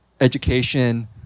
education